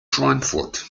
schweinfurt